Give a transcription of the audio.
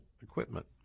Equipment